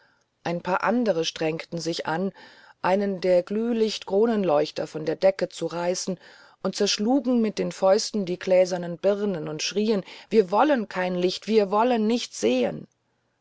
ein paar andere strengten sich an einen der glühlichtkronenleuchter von der decke zu reißen und zerschlugen mit den fäusten die gläsernen birnen und schrien wir wollen kein licht wir wollen nichts sehen